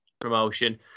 promotion